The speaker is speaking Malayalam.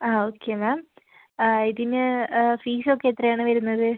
ഓക്കെ മാം ഇതിന് ഫീസൊക്കെ എത്രയാണ് വരുന്നത്